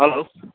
hello